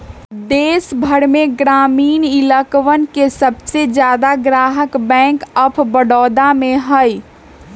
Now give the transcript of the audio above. देश भर में ग्रामीण इलकवन के सबसे ज्यादा ग्राहक बैंक आफ बडौदा में हई